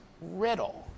riddle